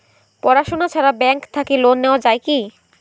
পড়াশুনা ছাড়া ব্যাংক থাকি লোন নেওয়া যায় কি?